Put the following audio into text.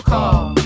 Call